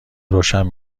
روشن